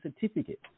certificate